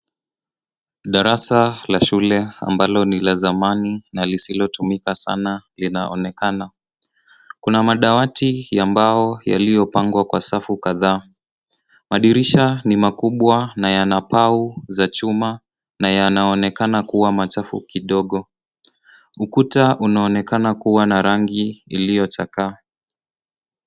Darasa la shule na ambalo ni la zamani nalisikotumika sana linaonekana . Kuna madawati ambayo yaliyopangwa kwa safu kadhaa. Madini makubwa na yana pau za chuma na yanaonekana kuwa machafu kidogo. Ukuta unaonekana kuwa na rangi iliyochakaa.